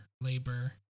labor